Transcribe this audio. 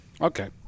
Okay